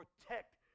protect